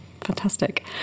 Fantastic